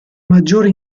maggiore